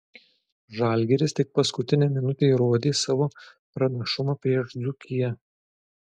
žalgiris tik paskutinę minutę įrodė savo pranašumą prieš dzūkiją